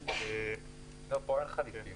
פה אין חליפים.